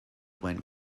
went